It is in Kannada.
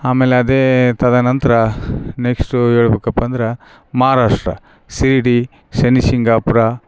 ಆಮೇಲೆ ಅದೇ ತದನಂತರ ನೆಕ್ಸ್ಟು ಹೇಳ್ಬೇಕಪ್ಪಾ ಅಂದರೆ ಮಹಾರಾಷ್ಟ್ರ ಶಿರ್ಡಿ ಶೆನಿ ಶಿಂಗಾಪ್ರ